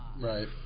Right